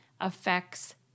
affects